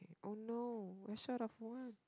oh no I short of one